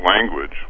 language